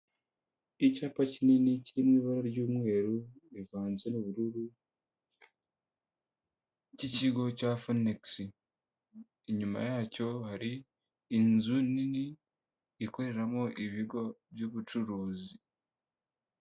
Icyapa kinini kiri mu ibara ry'umweru rivanze n'ubururu cy'ikigo cya Phoenix, inyuma yacyo hari inzu nini ikoreramo ibigo by'ubucuruzi.